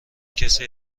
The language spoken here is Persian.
کسی